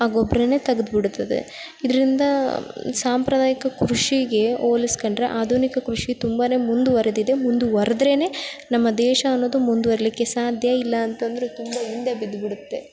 ಆ ಗೊಬ್ಬರವೇ ತೆಗೆದು ಬಿಡ್ತದೆ ಇದ್ರಿಂದ ಸಾಂಪ್ರದಾಯಿಕ ಕೃಷಿಗೆ ಹೊಲಿಸ್ಕೊಂಡ್ರೆ ಆಧುನಿಕ ಕೃಷಿ ತುಂಬನೇ ಮುಂದುವರಿದಿದೆ ಮುಂದುವರಿದರೆಯೇ ನಮ್ಮ ದೇಶ ಅನ್ನೋದು ಮುಂದುವರಿಲಿಕ್ಕೆ ಸಾಧ್ಯ ಇಲ್ಲ ಅಂತಂದ್ರೆ ತುಂಬ ಹಿಂದೆ ಬಿದ್ದುಬಿಡುತ್ತೆ